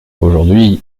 aujourd’hui